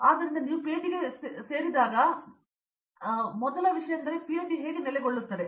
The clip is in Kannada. ಆದ್ದರಿಂದ ನೀವು ಪಿಎಚ್ಡಿಗೆ ಗುರಿಯಾದಾಗ ಮೊದಲನೆಯ ವಿಷಯ ಎಂದರೆ ಪಿಎಚ್ಡಿ ಏಕೆ ನೆಲೆಗೊಳ್ಳುತ್ತದೆ